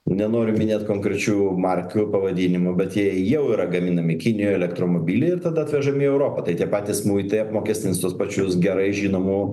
nenoriu minėt konkrečių markių pavadinimų bet jie jau yra gaminami kinijoj elektromobiliai ir tada atvežami į europą tai tie patys muitai apmokestins tuos pačius gerai žinomų